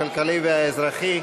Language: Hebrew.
הכלכלי והאזרחי.